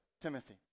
Timothy